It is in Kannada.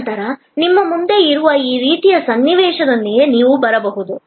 ತದನಂತರ ನಿಮ್ಮ ಮುಂದೆ ಇರುವ ಈ ರೀತಿಯ ಸನ್ನಿವೇಶದೊಂದಿಗೆ ನೀವು ಬರಬಹುದು